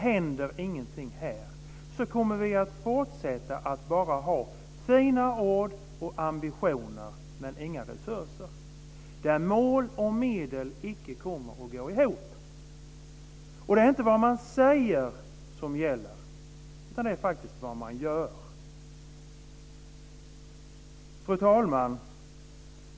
Händer ingenting kommer vi att fortsätta med att ha fina mål och ambitioner men inga resurser. Mål och medel kommer icke att stämma överens. Det är inte bara vad man säger som gäller utan faktiskt också vad man gör. Fru talman!